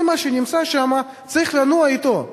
כל מה שנמצא שם צריך לנוע אתו,